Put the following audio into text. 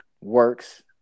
works